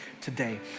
today